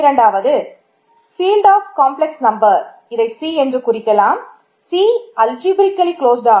இரண்டாவது ஃபீல்ட்